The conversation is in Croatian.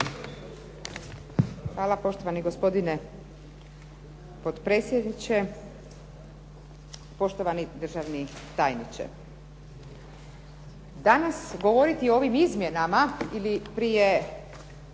Hvala, poštovani gospodine potpredsjedniče. Poštovani državni tajniče. Danas govoriti o ovim izmjenama ili prije